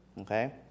okay